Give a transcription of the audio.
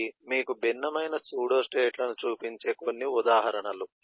ఇవి మీకు భిన్నమైన సూడోస్టేట్లను చూపించే కొన్ని ఉదాహరణలు